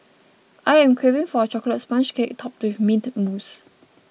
I am craving for a Chocolate Sponge Cake Topped with Mint Mousse